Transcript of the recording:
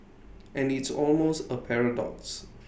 and it's almost A paradox